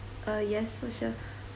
uh yes social